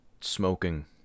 smoking